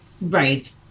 Right